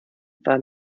war